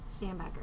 Sandbagger